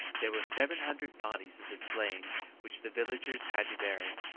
there were seven hundred bodies of the slain which the villagers had to bury.